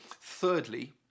thirdly